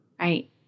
Right